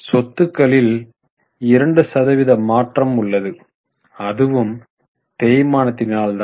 சொத்துக்களில் 2 சதவீத மாற்றம் உள்ளது அதுவும் தேய்மானத்தினால் தான்